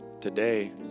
today